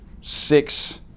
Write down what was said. Six